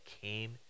came